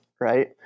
right